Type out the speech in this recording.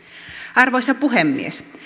arvoisa puhemies